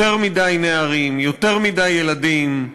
יותר מדי נערים, יותר מדי ילדים,